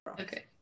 okay